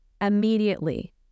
immediately